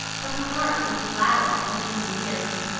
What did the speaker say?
but her heart was the gladdest it had been in years.